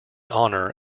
honor